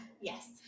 Yes